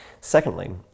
Secondly